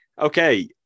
Okay